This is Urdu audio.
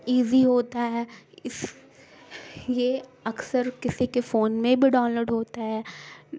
ایزی ہوتا ہے اس یہ اکثر کسی کے فون میں بھی ڈاؤن لوڈ ہوتا ہے